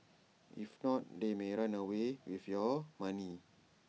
if not they may run away with your money